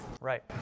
Right